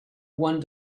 one